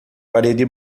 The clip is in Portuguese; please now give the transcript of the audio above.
parede